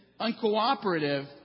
uncooperative